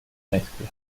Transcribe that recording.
mezcla